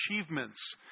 achievements